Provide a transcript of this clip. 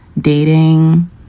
dating